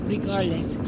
Regardless